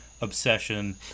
obsession